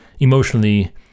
emotionally